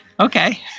Okay